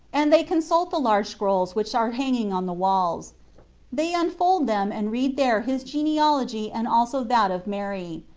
and they consult the large scrolls which are hanging on the walls they unfold them, and read there his genealogy and also that of mary.